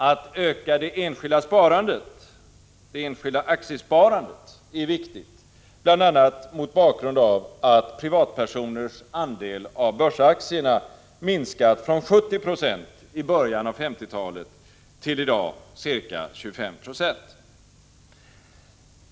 Att öka det enskilda aktiesparandet är viktigt, bl.a. mot bakgrund av att privatpersoners andel av börsaktierna minskat från 70 96 i början av 1950-talet till ca 25 90 i dag.